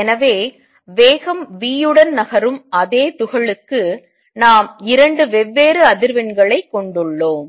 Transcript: எனவே வேகம் v உடன் நகரும் அதே துகளுக்கு நாம் 2 வெவ்வேறு அதிர்வெண்களை கொண்டுள்ளோம்